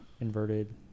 inverted